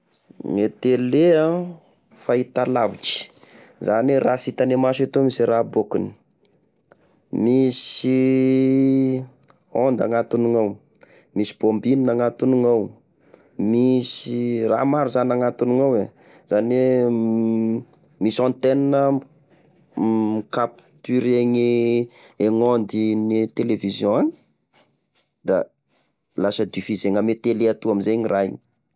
Gne tele an! Fahitalavitry, izany hoe: raha sy hitagne maso eto mihinsy e ra abôkony, misy onde agnatinao, misy bombine agnatinao, misy raha maro zany agnatinao e! Zany hoe misy antenne micapturé gne onde gne television agny, da lasa dufusena ame tele atoa amizay igny raha igny.